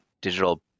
digital